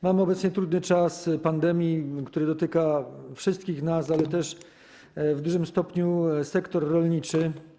Mamy obecnie trudny czas pandemii, który dotyka wszystkich nas, ale też w dużym stopniu sektor rolniczy.